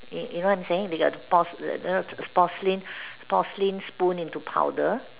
ya you know what I'm saying they got the you know porcelain porcelain spoon into powder